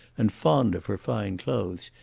and fond of her fine clothes,